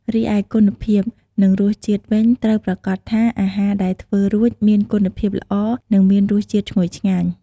រីឯគុណភាព និងរសជាតិវិញត្រូវប្រាកដថាអាហារដែលធ្វើរួចមានគុណភាពល្អ និងមានរសជាតិឈ្ងុយឆ្ងាញ់។